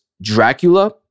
Dracula